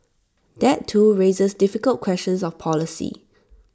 that too raises difficult questions of policy